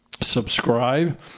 Subscribe